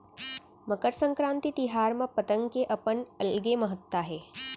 मकर संकरांति तिहार म पतंग के अपन अलगे महत्ता हे